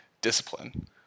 discipline